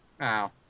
Wow